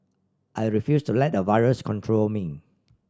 I refuse to let a virus control me